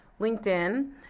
linkedin